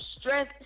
stress